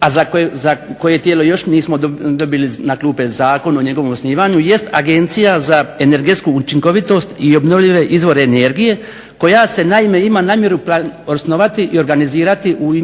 a za koje tijelo još nismo dobili na klupe zakon o njegovom osnivanju jest agencija za energetsku učinkovitost i obnovljive izvore energije koja se naime ima namjeru osnovati i organizirati u